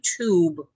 YouTube